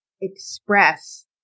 express